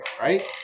right